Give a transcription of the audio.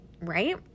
right